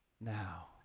now